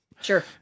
Sure